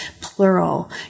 plural